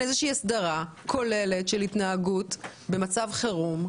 איזושהי הסדרה כוללת של התנהגות במצב חירום.